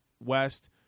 West